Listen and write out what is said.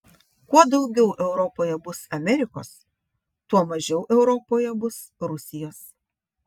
kuo daugiau europoje bus amerikos tuo mažiau europoje bus rusijos